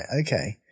Okay